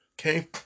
Okay